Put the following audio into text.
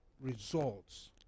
results